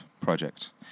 project